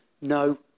no